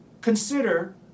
consider